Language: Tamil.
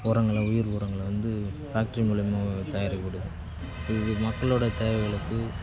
உரங்களை உயிர் உரங்களை வந்து ஃபேக்டரி மூலயமா தயாரிக்கிறது இது மக்களோடய தேவைகளுக்கு